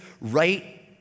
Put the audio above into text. right